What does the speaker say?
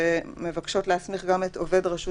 שמבקשות להסמיך גם את עובד רשות